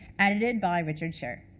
edited by richard sher.